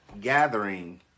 gathering